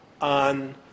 on